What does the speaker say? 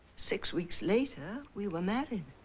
six weeks later we were married.